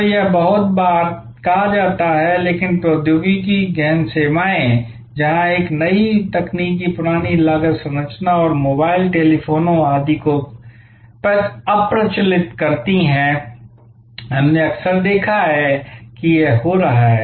तो यह बहुत बार कहा जाता है लेकिन प्रौद्योगिकी गहन सेवाएं जहां एक नई तकनीक पुरानी लागत संरचना और मोबाइल टेलीफोनी आदि को अप्रचलित करती है हमने अक्सर देखा है कि यह हो रहा है